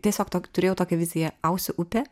tiesiog tok turėjau tokią viziją ausiu upę